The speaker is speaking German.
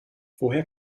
woher